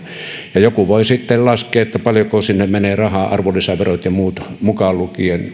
ja joku voi sitten laskea paljonko sinne ulkomaille menee rahaa arvonlisäverot ja muut mukaan lukien